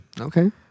Okay